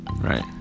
right